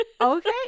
okay